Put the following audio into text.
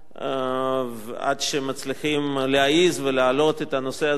עד שמצליחים להעז ולהעלות את הנושא הזה על דל שפתינו,